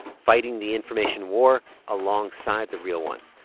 fighting the information war alongside the real one.